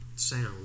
sound